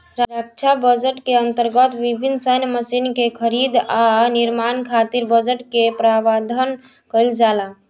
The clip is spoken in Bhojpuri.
रक्षा बजट के अंतर्गत विभिन्न सैन्य मशीन के खरीद आ निर्माण खातिर बजट के प्रावधान काईल जाला